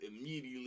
immediately